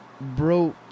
bro